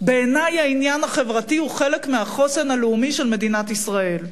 בעיני העניין החברתי הוא חלק מהחוסן הלאומי של מדינת ישראל.